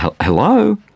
Hello